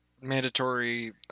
mandatory